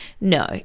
no